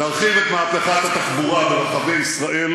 נרחיב את מהפכת התחבורה ברחבי ישראל